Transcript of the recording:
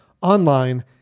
online